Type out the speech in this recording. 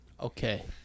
Okay